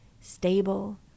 stable